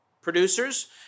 producers